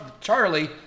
Charlie